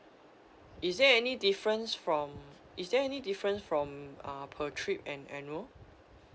is there any difference from is there any difference from uh per trip and annual